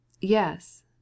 Yes